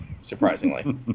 surprisingly